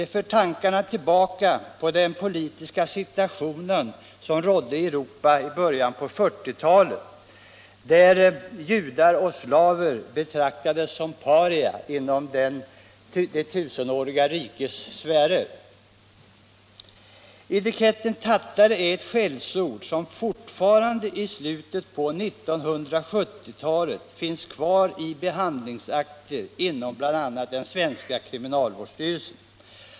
De för tankarna tillbaka till den politiska situation som rådde i Europa i början på 1940-talet, då judar och slaver betraktades såsom paria inom det tusenåriga rikets sfärer. Etiketten tattare är ett skällsord som fortfarande i slutet på 1970 talet finns kvar i behandlingsakter inom bl.a. den svenska kriminalvårdsstyrelsen.